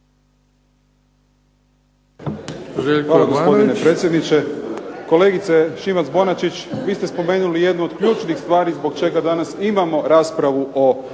Hvala gospodine predsjedniče. Kolegice Šimac-Bonačić, vi ste spomenuli jednu od ključnih stvari zbog čega danas imamo raspravu o